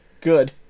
Good